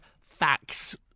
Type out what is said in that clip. facts